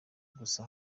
gusa